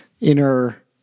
inner